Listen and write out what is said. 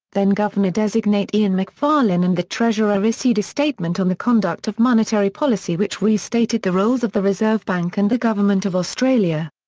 then governor-designate ian macfarlane and the treasurer issued a statement on the conduct of monetary policy which restated the roles of the reserve bank and the government of australia.